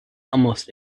almost